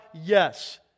yes